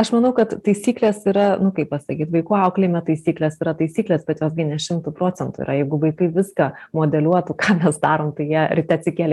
aš manau kad taisyklės yra nu kaip pasakyt vaikų auklėjime taisyklės yra taisyklės bet jos gi gi ne šimtu procentu yra jeigu vaikai viską modeliuotų ką mes darom tai jie ryte atsikėlę